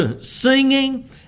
singing